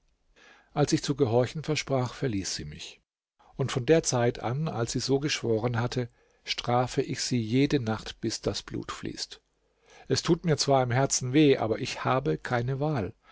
als ich zu gehorchen versprach verließ sie mich und von der zeit an als sie so geschworen hatte strafe ich sie jede nacht bis das blut fließt es tut mir zwar im herzen weh aber ich habe keine wahl